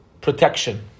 protection